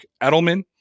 Edelman